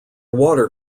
water